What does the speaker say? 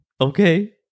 okay